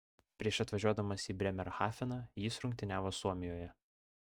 prieš atvažiuodamas į brėmerhafeną jis rungtyniavo suomijoje